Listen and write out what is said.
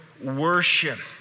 worship